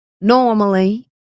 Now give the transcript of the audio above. Normally